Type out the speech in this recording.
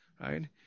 right